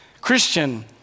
Christian